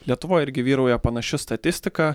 lietuvoj irgi vyrauja panaši statistika